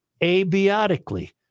abiotically